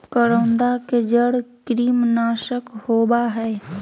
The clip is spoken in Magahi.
करौंदा के जड़ कृमिनाशक होबा हइ